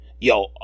Yo